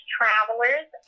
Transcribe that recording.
travelers